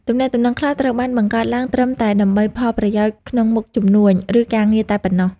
ទំនាក់ទំនងខ្លះត្រូវបានបង្កើតឡើងត្រឹមតែដើម្បីផលប្រយោជន៍ក្នុងមុខជំនួញ ឬការងារតែប៉ុណ្ណោះ។